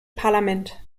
parlament